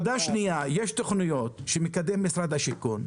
שנית, יש תוכניות שאותן מקדם משרד השיכון.